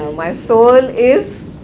my soul is